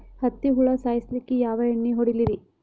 ಹತ್ತಿ ಹುಳ ಸಾಯ್ಸಲ್ಲಿಕ್ಕಿ ಯಾ ಎಣ್ಣಿ ಹೊಡಿಲಿರಿ?